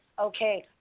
Okay